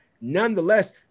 nonetheless